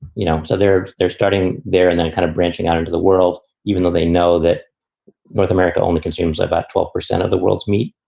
you know, so they're they're starting there and then kind of branching out into the world, even though they know that north america only consumes about twelve percent of the world's meat.